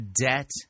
debt